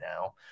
now